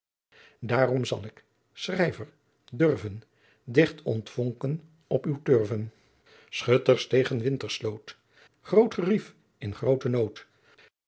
daarom zal ik schrijver durven dicht ontvonken op uw turven schutters tegen wintersloot groot gerijf in groten nood